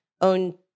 own